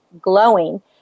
glowing